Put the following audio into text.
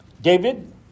David